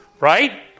right